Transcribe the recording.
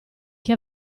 che